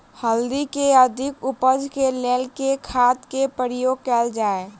हल्दी केँ अधिक उपज केँ लेल केँ खाद केँ प्रयोग कैल जाय?